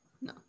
no